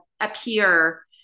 appear